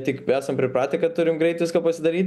tik esam pripratę kad turim greit viską pasidaryt